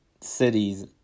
cities